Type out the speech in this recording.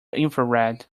infrared